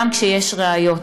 גם כשיש ראיות.